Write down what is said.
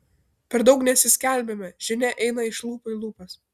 per daug nesiskelbiame žinia eina iš lūpų į lūpas